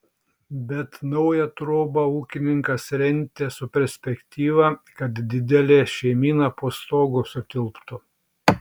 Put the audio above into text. bet naują trobą ūkininkas rentė su perspektyva kad didelė šeimyna po stogu sutilptų